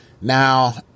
Now